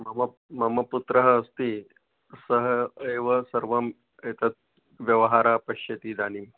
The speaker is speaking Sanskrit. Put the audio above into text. मम मम पुत्रः अस्ति सः एव सर्वम् एतत् व्यवहारः पश्यति इदानीम्